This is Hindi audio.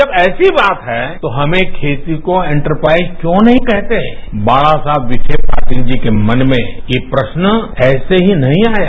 जब ऐसी बात है तो हम खेती को इंटरप्राइज क्यों नहीं कहते बालासाहेब विखे पाटिल जी के मन में ये प्रश्न ऐसे ही नहीं आया